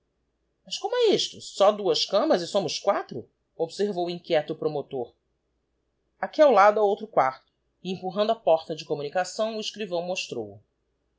mas como é isto só duas camas e somos quatro observou inquieto o promotor aqui ao lado ha outro quarto e empurrando a porta de communicação o escrivão mostrou o